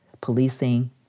policing